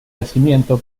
yacimiento